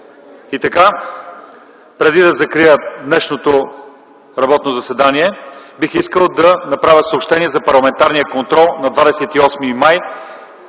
прието. Преди да закрия днешното работно заседание, бих искал да направя съобщение за парламентарния контрол на 28 май